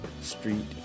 Street